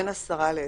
בין 10 ל-20.